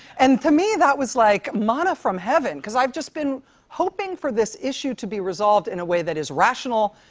and to me, that was like manna from heaven, cause i've just been hoping for this issue to be resolved in a way that is rational,